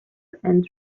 and